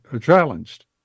challenged